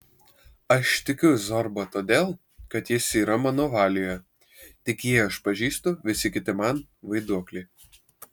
aš tikiu zorba todėl kad jis yra mano valioje tik jį aš pažįstu visi kiti man vaiduokliai